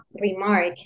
remark